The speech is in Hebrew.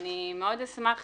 אני מאוד אשמח